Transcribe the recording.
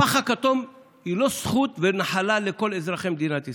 הפח הכתום הוא לא זכות ונחלה לכל אזרחי מדינת ישראל,